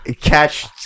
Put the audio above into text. catch